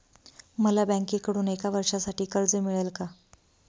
मला बँकेकडून एका वर्षासाठी कर्ज मिळेल का?